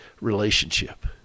relationship